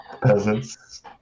peasants